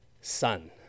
sun